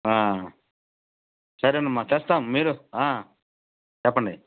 సరేనమ్మా తెస్తాం మీరు చెప్పండి